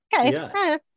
Okay